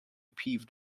peeved